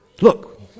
Look